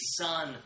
son